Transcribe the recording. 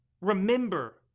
remember